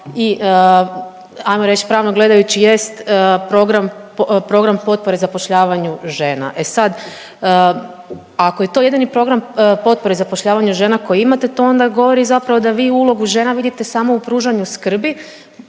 i ajmo reć pravno gledajući jest program, program potpore zapošljavanju žena. E sad, ako je to jedini program potpore zapošljavanju žena koji imate to onda govori zapravo da vi ulogu žena vidite samo u pružanju skrbi,